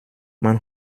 man